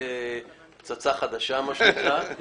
זה מכלול השיקולים שאנחנו נכנסים אליהם.